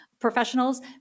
professionals